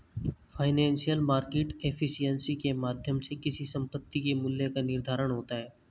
financial market efficiency के माध्यम से किसी संपत्ति के मूल्य का निर्धारण होता है